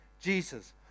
Jesus